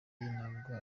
ntabwo